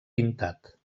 pintat